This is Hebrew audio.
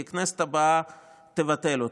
כי הכנסת הבאה תבטל אותה.